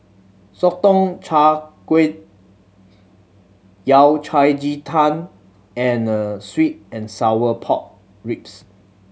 Sotong Char Kway Yao Cai ji tang and sweet and sour pork ribs